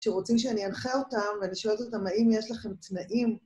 שרוצים שאני אנחה אותם ולשאול אותם האם יש לכם תנאים